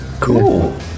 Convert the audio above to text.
cool